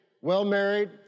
well-married